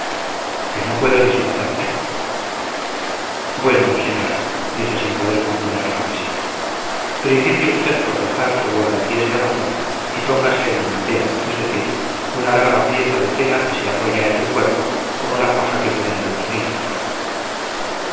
que no puedo disfrazarme bueno señora dije sin poder contener la risa principie usted por dejar su guardapiés de amazona y póngase el manteo es decir una larga pieza de tela que se arrolla en el cuerpo como la faja que ponen a los niños